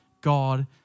God